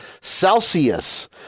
Celsius